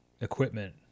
equipment